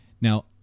Now